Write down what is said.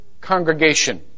congregation